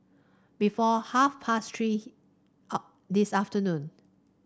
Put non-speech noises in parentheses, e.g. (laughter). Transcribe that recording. before half past Three (unintelligible) this afternoon